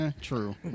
True